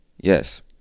Yes